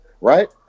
right